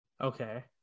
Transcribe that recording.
Okay